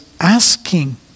asking